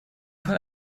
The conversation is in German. fall